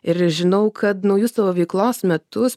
ir žinau kad naujus savo veiklos metus